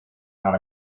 not